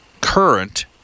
current